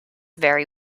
very